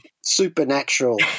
supernatural